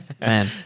man